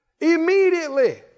Immediately